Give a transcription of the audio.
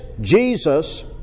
Jesus